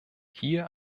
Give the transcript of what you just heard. hier